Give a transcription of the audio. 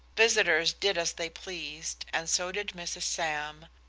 visitors did as they pleased, and so did mrs. sam,